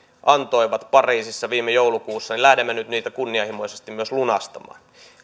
antoivat pariisissa viime joulukuussa lähdemme nyt kunnianhimoisesti myös lunastamaan